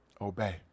obey